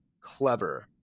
clever